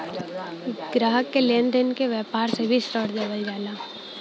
ग्राहक के लेन देन के व्यावहार से भी ऋण देवल जाला